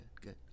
good